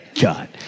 God